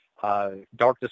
Darkness